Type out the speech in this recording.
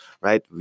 right